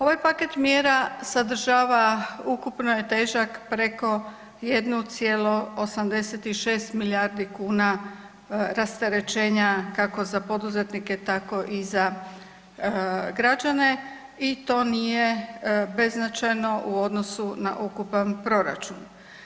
Ovaj paket mjera sadržava, ukupno je težak preko 1,86 milijardi kuna rasterećenja kako za poduzetnike tako i za građane i to nije beznačajno u odnosu na ukupan proračun.